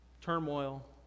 turmoil